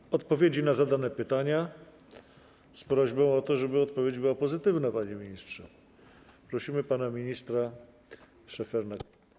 I o odpowiedzi na zadane pytania - z prośbą o to, żeby odpowiedź była pozytywna, panie ministrze - prosimy pana ministra Szefernakera.